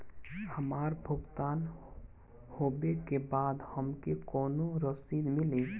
हमार भुगतान होबे के बाद हमके कौनो रसीद मिली?